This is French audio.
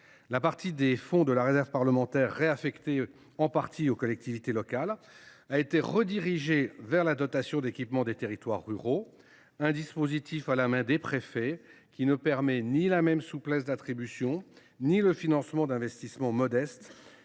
La partie des fonds de la réserve parlementaire qui a été réaffectée aux collectivités locales a été redirigée vers la dotation d’équipements des territoires ruraux (DETR), un dispositif à la main des préfets, qui n’offre pas la même souplesse et ne permet pas de financer les investissements modestes,